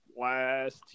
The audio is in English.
last